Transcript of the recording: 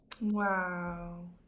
Wow